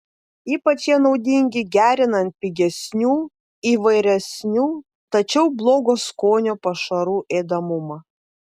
ypač jie naudingi gerinant pigesnių įvairesnių tačiau blogo skonio pašarų ėdamumą